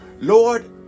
Lord